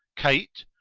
kate?